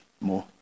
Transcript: more